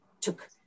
took